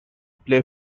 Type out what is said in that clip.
play